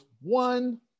one